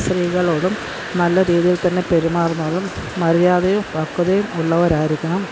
സ്ത്രീകളോടും നല്ല രീതിയില് തന്നെ പെരുമാറുന്നവരും മര്യാദയും പക്വതയും ഉള്ളവരായിരിക്കണം